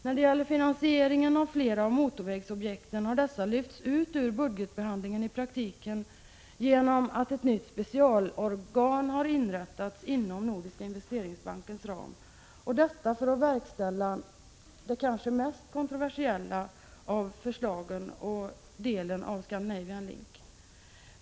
När det gäller finansieringen av flera av motorvägsobjekten har dessa i praktiken lyfts ut ur budgetbehandlingen genom att ett nytt specialorgan har inrättats inom Nordiska investeringsbankens ram, detta för att verkställa de kanske mest kontroversiella delarna av Scandinavian Link.